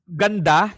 ganda